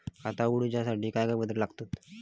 खाता उगडूच्यासाठी काय कागदपत्रा लागतत?